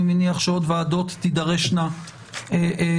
אני מניח שעוד ועדות תידרשנה לנושא,